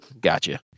Gotcha